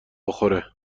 بخوره